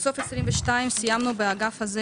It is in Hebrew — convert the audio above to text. בסוף 22' סיימנו באגף הזה